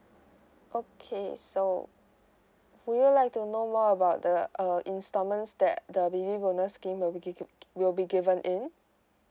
okay so would you like to know more about the uh installments that the baby bonus scheme will be given will be given in